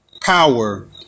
power